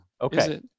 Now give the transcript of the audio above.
Okay